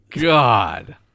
God